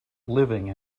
living